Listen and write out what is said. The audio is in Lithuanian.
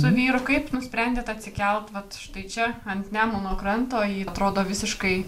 su vyru kaip nusprendėt atsikelt vat štai čia ant nemuno kranto į atrodo visiškai